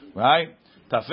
right